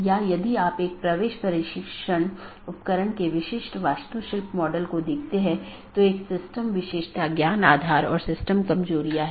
यह विज्ञापन द्वारा किया जाता है या EBGP वेपर को भेजने के लिए राउटिंग विज्ञापन बनाने में करता है